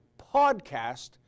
PODCAST